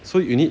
so you need